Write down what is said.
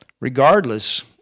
Regardless